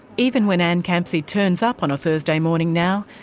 even when ann campsie turns up on a thursday morning now,